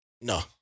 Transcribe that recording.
No